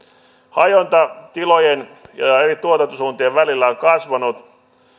hajonta tilojen ja eri tuotantosuuntien välillä on kasvanut